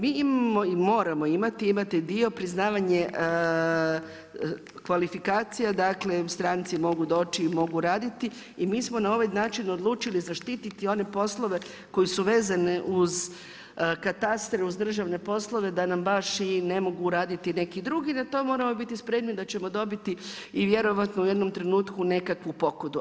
Mi imamo i moramo imati dio priznavanje kvalifikacije dakle, stranci mogu doći i mogu raditi i mi smo na ovaj način odlučili zaštiti one poslove koji su vezani uz katastre, uz državne poslove da nam baš i ne bogu raditi neki drugi, da to moramo biti spremni da ćemo dobiti i vjerovatno u jednom trenutku nekakvu pokudu.